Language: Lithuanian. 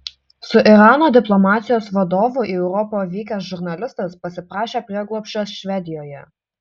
su irano diplomatijos vadovu į europą vykęs žurnalistas pasiprašė prieglobsčio švedijoje